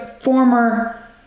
former